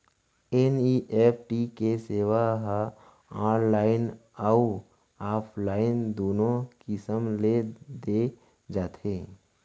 NEFT के सेवा ह ऑनलाइन अउ ऑफलाइन दूनो किसम ले दे जाथे